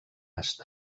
astre